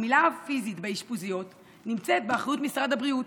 הגמילה הפיזית באשפוזיות נמצאת באחריות משרד הבריאות,